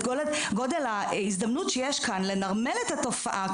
את גודל ההזדמנות שיש כאן לנרמל את התופעה.